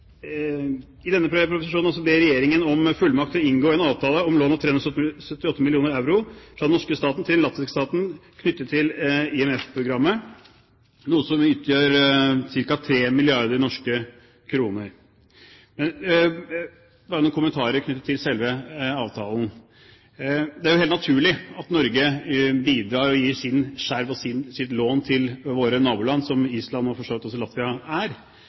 i denne proposisjonen om fullmakt til å inngå en avtale om lån på 378 mill. euro fra den norske staten til den latviske staten knyttet til IMF-programmet, noe som utgjør ca. 3 milliarder norske kroner. Bare noen kommentarer knyttet til selve avtalen: Det er jo helt naturlig at Norge bidrar og gir sin skjerv og sine lån til våre naboland – som Island og for så vidt også Latvia er